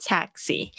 Taxi